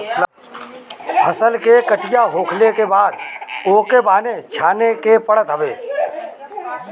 फसल के कटिया होखला के बाद ओके बान्हे छाने के पड़त हवे